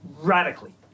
radically